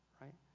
Right